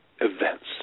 events